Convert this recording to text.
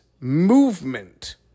movement